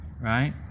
right